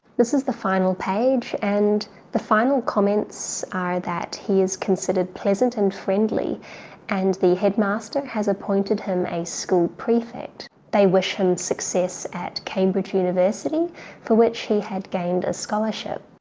this is the final page and the final comments are that he is considered pleasant and friendly and the headmaster has appointed him a school prefect. they wish him and success at cambridge university for which he had gained a scholarship.